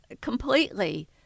completely